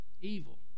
evil